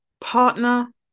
partner